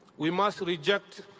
we must reject.